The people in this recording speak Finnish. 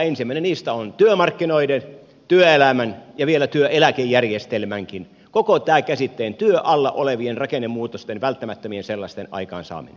ensimmäinen niistä on työmarkkinoiden työelämän ja vielä työeläkejärjestelmänkin koko tämän käsitteen työ alla olevien rakennemuutosten välttämättömien sellaisten aikaansaaminen